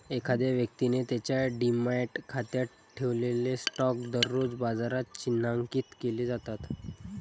एखाद्या व्यक्तीने त्याच्या डिमॅट खात्यात ठेवलेले स्टॉक दररोज बाजारात चिन्हांकित केले जातात